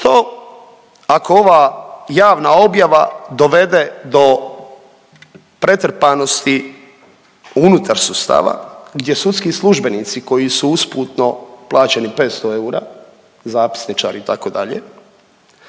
Što ako ova javna objava dovede do pretrpanosti unutar sustava gdje sudski službenici koji su usputno plaćeni 500 eura, zapisničari itd.,